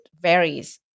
varies